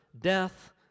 death